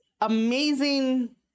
amazing